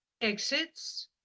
exits